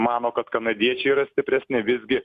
mano kad kanadiečiai yra stipresni visgi